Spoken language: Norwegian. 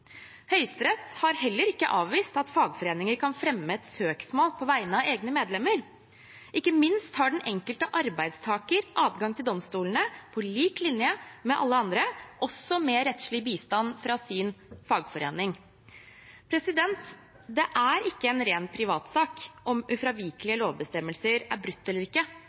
Høyesterett har heller ikke avvist at fagforeninger kan fremme et søksmål på vegne av egne medlemmer. Ikke minst har den enkelte arbeidstaker adgang til domstolene på lik linje med alle andre, også med rettslig bistand fra sin fagforening. Det er ikke en ren privatsak om ufravikelige lovbestemmelser er brutt eller ikke.